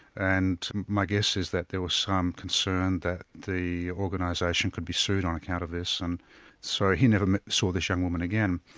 and my guess is that there was some concern that the organisation could be sued on account of this and so he never saw this young woman again.